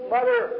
Mother